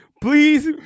please